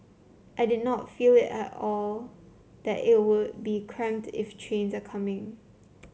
I did not feel at all that it would be cramped if trains are coming